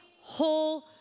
whole